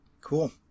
Cool